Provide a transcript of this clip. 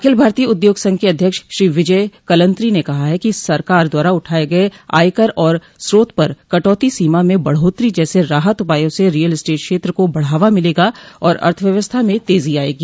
अखिल भारतीय उद्योग संघ के अध्यक्ष श्री विजय कलंत्री ने कहा है कि सरकार द्वारा उठाये गये आयकर और स्रोत पर कटौती सीमा में बढ़ोतरी जैसे राहत उपायों से रीयल स्टेट क्षेत्र को बढ़ावा मिलेगा और अर्थव्यवस्था में तेजी आएगी